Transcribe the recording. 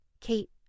Kate